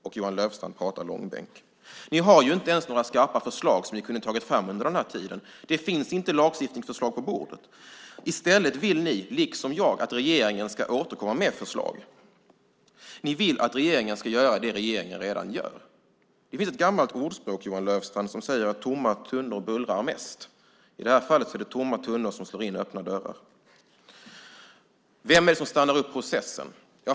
Och Johan Löfstrand pratar om att dra i långbänk. Ni har inte ens tagit fram några skarpa förslag under denna tid. Det finns inga lagstiftningsförslag på bordet. I stället vill ni, liksom jag, att regeringen ska återkomma med förslag. Ni vill att regeringen ska göra det regeringen redan gör. Det finns ett gammalt ordspråk, Johan Löfstrand, som säger att tomma tunnor bullrar mest. I det här fallet är det tomma tunnor som slår in öppna dörrar. Vem är det som stoppar processen?